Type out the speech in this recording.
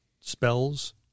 spells